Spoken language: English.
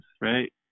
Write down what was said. right